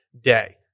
day